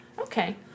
Okay